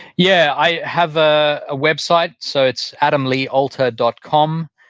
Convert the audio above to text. yeah. i have a ah website, so it's adamleealter dot com.